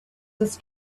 this